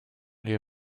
les